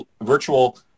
virtual